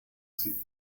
sie